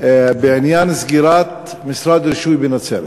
בעניין סגירת משרד הרישוי בנצרת.